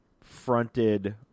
fronted